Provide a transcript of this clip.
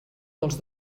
dels